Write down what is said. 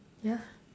ya